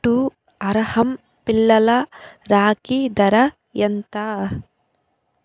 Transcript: to అర్హమ్ పిల్లల రాఖీ ధర ఎంత